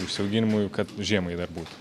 užsiauginimui kad žiemai dar būtų